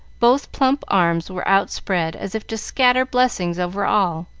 both plump arms were outspread as if to scatter blessings over all,